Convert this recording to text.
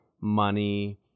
money